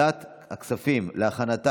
רבותיי, עשרה בעד,